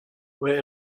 wait